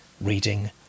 reading